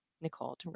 Nicole